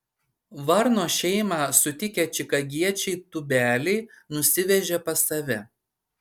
varno šeimą sutikę čikagiečiai tūbeliai nusivežė pas save